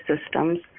systems